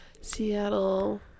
Seattle